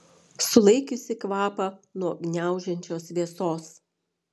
sulaikiusi kvapą nuo gniaužiančios vėsos